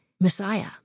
messiah